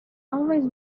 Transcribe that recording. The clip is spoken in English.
always